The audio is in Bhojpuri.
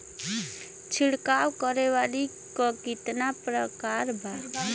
छिड़काव करे वाली क कितना प्रकार बा?